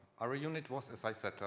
our unit was, as i said,